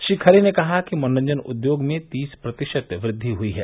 श्री खरे ने कहा कि मनोरंजन उद्योग में तीस प्रतिशत वृद्वि हुई है